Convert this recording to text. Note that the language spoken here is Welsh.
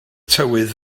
tywydd